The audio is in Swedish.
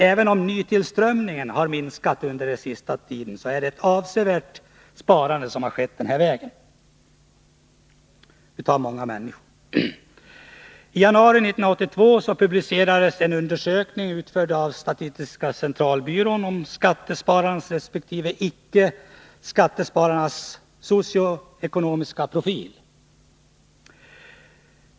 Även om nytillströmning en har minskat under den senaste tiden har det skett ett avsevärt sparande i denna form, och bakom sparandet står många människor. I januari 1982 publicerades en undersökning, utförd av statistiska centralbyrån, om skattesparares resp. icke-skattesparares socio-ekonomiska profil.